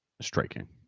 striking